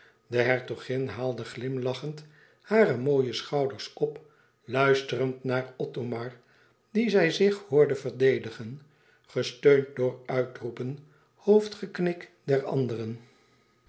de hertogin haalde glimlachend hare mooie schouders op luisterend naar othomar dien zij zich hoorde verdedigen gesteund door uitroepen hoofdgeknik der anderen